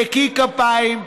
נקי כפיים,